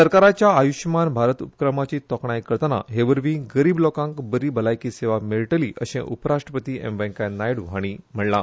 सरकाराच्या आय्श्यमान भारत उपक्रमाची तोखणाय करताना हे वरवीं गरीब लोकांक बरी भलायकी सेवा मेळटली अशें उपराष्ट्रपती एम व्यंकय्या नायडू हांणी म्हणलें